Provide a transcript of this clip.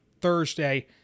Thursday